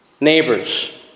neighbors